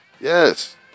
Yes